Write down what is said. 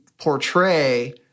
portray